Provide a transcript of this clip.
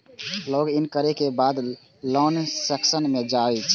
log in करै के बाद लोन सेक्शन मे जाउ